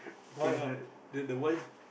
cannot then the voice